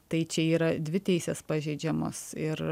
tai čia yra dvi teisės pažeidžiamos ir